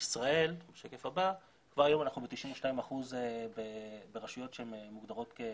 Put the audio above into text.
בישראל כבר היום אנחנו ב-92% ברשויות שהן מוגדרות כערים.